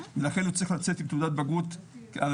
לכן הוא צריך לצאת עם תעודת בגרות המיטבית